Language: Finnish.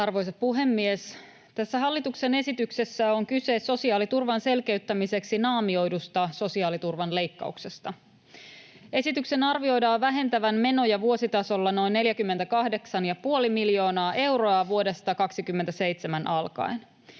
Arvoisa puhemies! Tässä hallituksen esityksessä on kyse sosiaaliturvan selkeyttämiseksi naamioidusta sosiaaliturvan leikkauksesta. Esityksen arvioidaan vähentävän menoja vuositasolla noin 48,5 miljoonaa euroa vuodesta 27 alkaen.